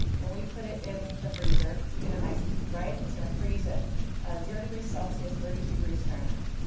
and we put it in the freezer, you get an ice cube right? it's going to freeze at zero degrees celsius, thirty two degrees fahrenheit.